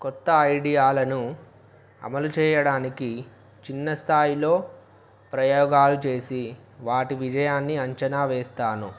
కొత్త ఐడియాలను అమలు చేయడానికి చిన్న స్థాయిలో ప్రయోగాలు చేసి వాటి విజయాన్ని అంచనా వేస్తాను